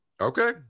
Okay